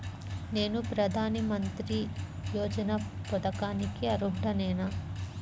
నేను ప్రధాని మంత్రి యోజన పథకానికి అర్హుడ నేన?